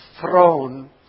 throne